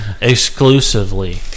Exclusively